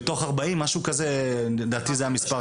תקשיבו,